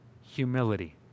humility